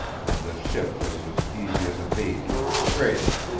and the ship was as easy as a baby in its cradle.